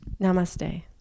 Namaste